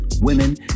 women